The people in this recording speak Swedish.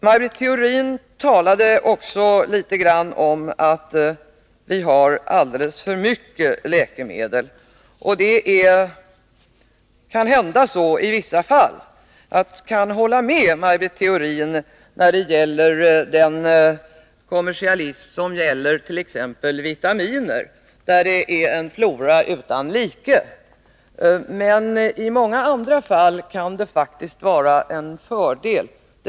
Maj Britt Theorin sade att vi har alldeles för många läkemedel. Kanhända är det så i vissa fall. Jag kan hålla med Maj Britt Theorin om att det förekommer en kommersialism när det gäller vitaminer. Där är det en flora utan like. Men i många andra fall kan det faktiskt vara en fördel med många läkemedel.